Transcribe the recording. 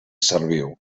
serviu